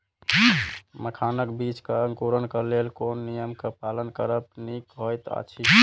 मखानक बीज़ क अंकुरन क लेल कोन नियम क पालन करब निक होयत अछि?